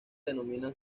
denominan